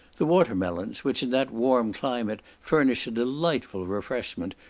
the water-melons, which in that warm climate furnish a delightful refreshment,